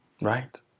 Right